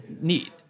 need